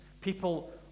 people